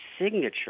signature